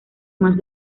más